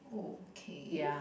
okay